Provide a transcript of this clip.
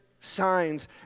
signs